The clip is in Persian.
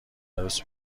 عروس